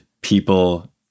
people